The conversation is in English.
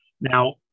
now